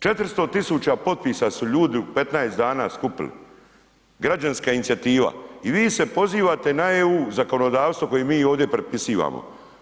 400 tisuća potpisa su ljudi u 15 dana skupili, građanska inicijativa i vi se pozivate na EU zakonodavstvo koje mi ovdje prepisivamo.